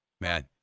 Man